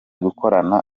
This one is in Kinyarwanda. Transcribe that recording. gukorana